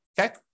Okay